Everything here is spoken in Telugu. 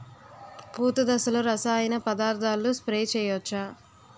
పూత దశలో రసాయన పదార్థాలు స్ప్రే చేయచ్చ?